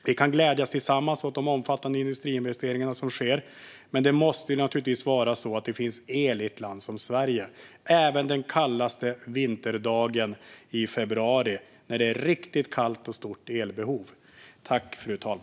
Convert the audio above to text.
Vi kan tillsammans glädjas åt de omfattande industriinvesteringar som sker. Men det måste vara så att det finns el i ett land som Sverige även den kallaste vinterdagen i februari, när det är riktigt kallt och elbehovet är stort.